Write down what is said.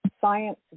science